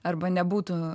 arba nebūtų